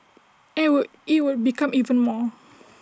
and would IT would become even more